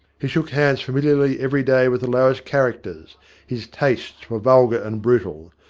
he shook hands familiarly every day with the lowest characters his tastes were vulgar and brutal.